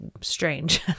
strange